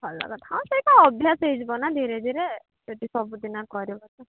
ଭଲ କଥା ହଁ ସେଇଟା ଅଭ୍ୟାସ ହୋଇଯିବ ନା ଧୀରେ ଧୀରେ ସେଠି ସବୁଦିନ କରିବେ